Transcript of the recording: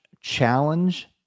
challenge